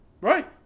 Right